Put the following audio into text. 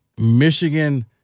Michigan